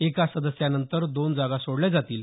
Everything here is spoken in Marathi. एका सदस्यानंतर दोन जागा सोडल्या जातील